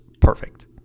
perfect